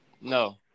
No